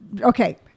okay